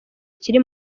kiri